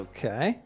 Okay